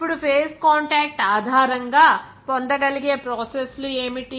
ఇప్పుడు phase contact ఆధారంగా పొందగలిగే ప్రాసెస్ లు ఏమిటి